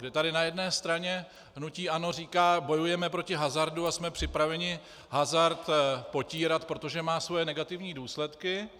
Protože tady na jedné straně hnutí ANO říká: bojujeme proti hazardu a jsme připraveni hazard potírat, protože má svoje negativní důsledky.